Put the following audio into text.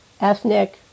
ethnic